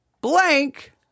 blank